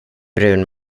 brun